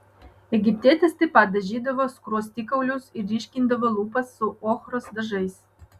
egiptietės taip pat dažydavo skruostikaulius ir ryškindavo lūpas su ochros dažais